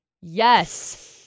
Yes